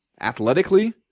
athletically